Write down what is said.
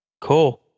Cool